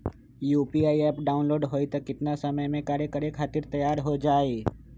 UPI app download होई त कितना समय मे कार्य करे खातीर तैयार हो जाई?